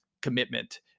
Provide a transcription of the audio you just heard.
commitment